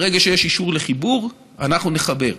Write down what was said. ברגע שיש אישור לחיבור, אנחנו נחבר.